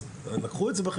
אז לקחו את זה בחשבון.